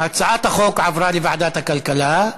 הצעת החוק עברה לוועדת הכלכלה.